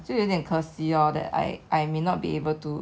has a very big impact on student